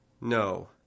No